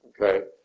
Okay